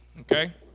Okay